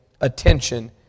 attention